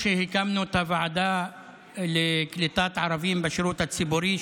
כשהקמנו את הוועדה לקליטת ערבים בשירות הציבורי,